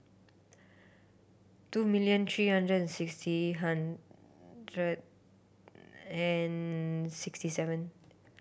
two million three hundred and sixty hundred and sixty seven